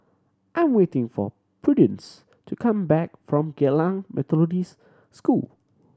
I'm waiting for Prudence to come back from Geylang Methodist School